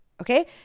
okay